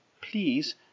please